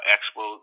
Expo